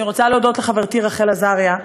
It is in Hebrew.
אני רוצה להודות לחברתי רחל עזריה,